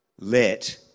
let